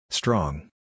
Strong